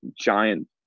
giant